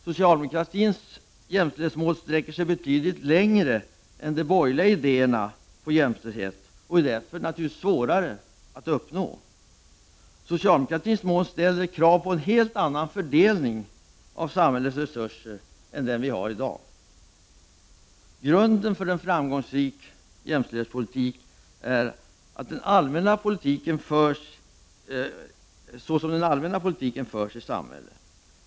Socialdemokratins jämställdhetsmål sträcker sig betydligt längre än de borgerliga idéerna om jämställdhet och är därför svårare att uppnå. Socialdemokratins mål ställer krav på en helt annan fördelning av samhällets resurser än den vi har i dag. Grunden för en framgångsrik jämställdhetspolitik är den allmänna politik som förs i samhället.